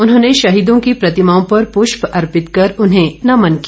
उन्होंने शहीदों की प्रतिमाओं पर पुष्प अर्पित कर उन्हें नमन किया